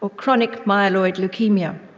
ah chronic myeloid leukemia.